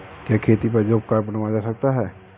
क्या खेती पर जॉब कार्ड बनवाया जा सकता है?